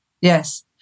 yes